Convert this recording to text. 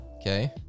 Okay